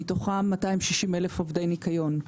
מתוכם 260,000 עובדי ניקיון.